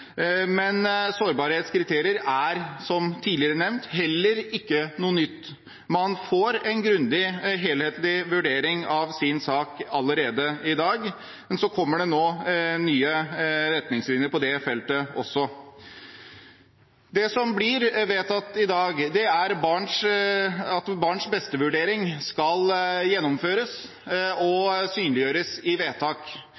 Sårbarhetskriterier er, som tidligere nevnt, heller ikke noe nytt. Man får en grundig, helhetlig vurdering av sin sak allerede i dag, men det kommer nå nye retningslinjer også på det feltet. Det som blir vedtatt i dag, er at en barns-beste-vurdering skal gjennomføres